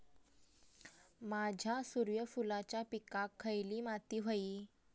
माझ्या सूर्यफुलाच्या पिकाक खयली माती व्हयी?